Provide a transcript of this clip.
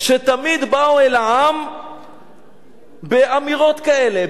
שתמיד באו אל העם באמירות כאלה,